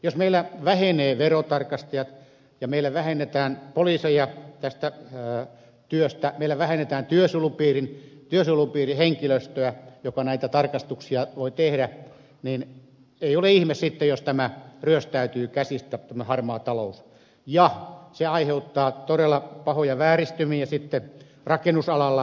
jos meillä vähenevät verotarkastajat ja meillä vähennetään poliiseja tästä työstä meillä vähennetään työsuojelupiirien henkilöstöä joka näitä tarkastuksia voi tehdä niin ei ole ihme sitten jos tämä harmaa talous ryöstäytyy käsistä ja aiheuttaa todella pahoja vääristymiä sitten rakennusalalla